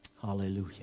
Hallelujah